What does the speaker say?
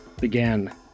Began